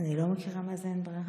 אני לא מכירה מה זה "אין ברירה".